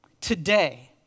today